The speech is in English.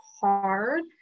hard